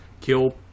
kill